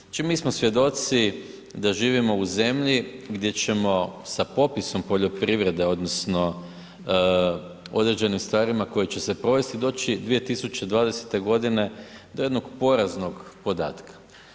Znači, mi smo svjedoci da živimo u zemlji gdje ćemo sa popisom poljoprivrede odnosno određenim stvarima koje će se provesti doći 2020. godine do jednog poraznog podatka.